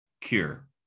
cure